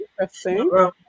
Interesting